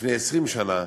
לפני 20 שנה,